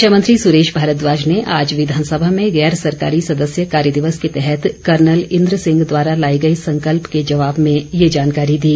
शिक्षा मंत्री सुरेश भारद्वाज ने आज विधानसभा में गैर सरकारी सदस्य कार्य दिवस के तहत कर्नल इंद्र सिंह द्वारा लाए गए संकल्प के जवाब में ये जानकारी दी